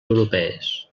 europees